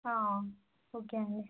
okay అండి